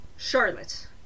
Charlotte